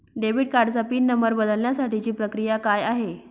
Debit कार्डचा PIN number बदलण्यासाठीची प्रक्रिया काय आहे?